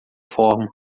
forma